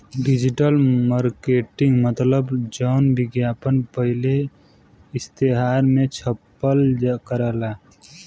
digital marketing मतलब जौन विज्ञापन पहिले इश्तेहार मे छपल करला